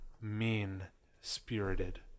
mean-spirited